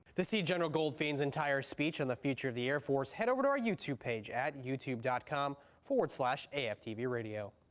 see general goldfeins entire speech on the future of the air force, head over to our youtube page at youtube dot com forward slash a f t v radio.